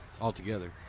altogether